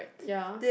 ya